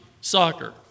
soccer